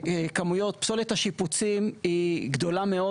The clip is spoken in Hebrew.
כמויות, פסולת השיפוצים היא גדולה מאוד.